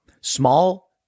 small